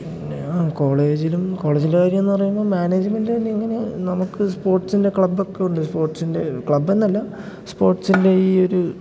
പിന്നെ ആ കോളേജിലും കോളേജിൻ്റെ കാര്യം എന്നു പറയുമ്പം മാനേജ്മെൻ്റ് തന്നെ ഇങ്ങനെ നമുക്ക് സ്പോർട്സിൻ്റെ ക്ലബ്ബൊക്കെ ഉണ്ട് സ്പോർട്സിൻ്റെ ക്ലബ്ബെന്നല്ല സ്പോർട്സിൻ്റെ ഈ ഒരു